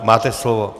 Máte slovo.